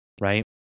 Right